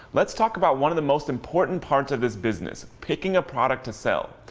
let's talk about one of the most important parts of this business, picking a product to sell.